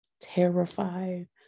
terrified